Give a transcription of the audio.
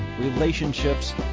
relationships